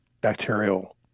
bacterial